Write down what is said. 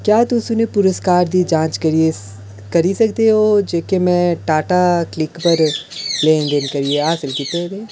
क्या तुस उ'नें पुरस्कार दी जांच करियै करी सकदे ओ जेह्के में टाटा क्लिक पर लेन देन करियै हासल कीते दे